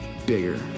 bigger